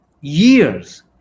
years